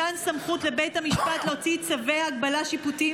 מתן סמכות לבית המשפט להוציא צווי הגבלה שיפוטיים